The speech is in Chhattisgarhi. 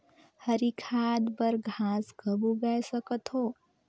हरी खाद बर घास कब उगाय सकत हो?